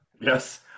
yes